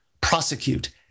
prosecute